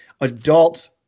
adults